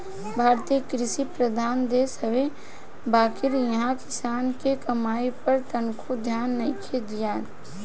भारत कृषि प्रधान देश हवे बाकिर इहा किसान के कमाई पर तनको ध्यान नइखे दियात